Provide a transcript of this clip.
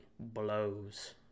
blows